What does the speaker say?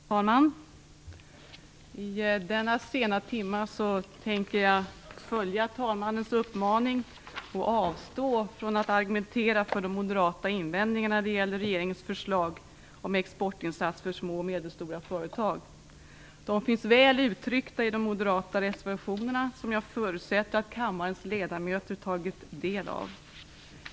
Fru talman! I denna sena timme tänker jag följa talmannens uppmaning och avstå från att argumentera för de moderata invändningarna när det gäller regeringens förslag om exportinsatser för små och medelstora företag. De finns väl uttryckta i de moderata reservationerna, som jag förutsätter att kammarens ledamöter har tagit del av.